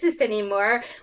anymore